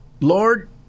Lord